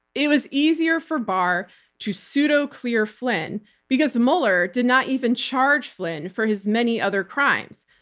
it was easier for barr to pseudo-clear flynn because mueller did not even charge flynn for his many other crimes,